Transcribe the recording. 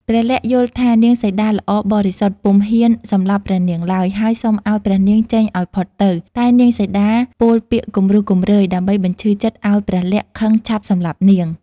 ព្រះលក្សណ៍យល់ថានាងសីតាល្អបរិសុទ្ធ ពុំហ៊ានសម្លាប់ព្រះនាងឡើយ ហើយសុំឱ្យព្រះនាងចេញឱ្យផុតទៅ តែនាងសីតាពោលពាក្យគំរោះគំរើយ ដើម្បីបញ្ឈឺចិត្តឱ្យព្រះលក្សណ៍ខឹងឆាប់សម្លាប់នាង។